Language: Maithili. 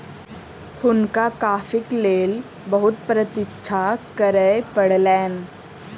हुनका कॉफ़ीक लेल बहुत प्रतीक्षा करअ पड़लैन